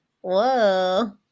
Whoa